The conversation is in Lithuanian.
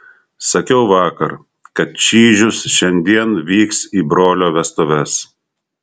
sakiau vakar kad čyžius šiandien vyks į brolio vestuves